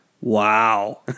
Wow